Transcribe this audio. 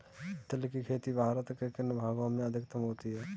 तिल की खेती भारत के किन भागों में अधिकतम होती है?